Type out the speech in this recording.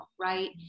right